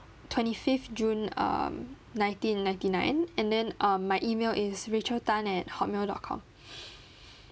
twenty fifth june um nineteen ninety nine and then uh my email is rachel tan at hotmail dot com